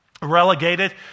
relegated